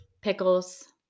pickles